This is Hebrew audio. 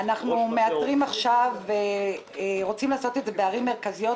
אנחנו רוצים לעשות את זה בערים מרכזיות,